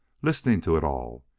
listening to it all.